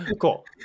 Cool